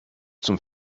zum